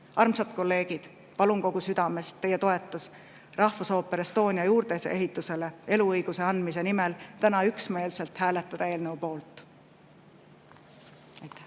Armsad kolleegid! Palun kogu südamest teie toetust Rahvusooper Estonia juurdeehitusele eluõiguse andmise nimel täna üksmeelselt hääletada eelnõu poolt. Aitäh!